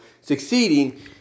succeeding